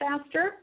faster